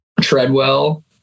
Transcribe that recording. Treadwell